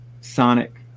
Sonic